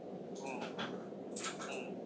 mm mm